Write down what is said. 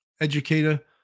educator